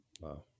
Wow